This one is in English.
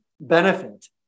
benefit